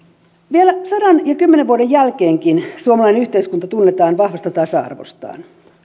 vielä sadankymmenen vuoden jälkeenkin suomalainen yhteiskunta tunnetaan vahvasta tasa arvostaan